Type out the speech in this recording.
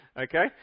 Okay